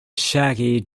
shaggy